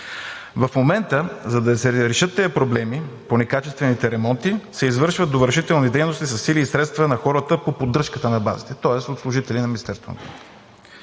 В момента, за да се решат проблемите по некачествените ремонти, се извършват довършителни дейности със сили и средства на хората по поддръжката на базите, тоест от служители на Министерството